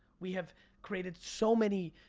we have created so many,